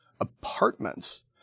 apartments